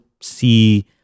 see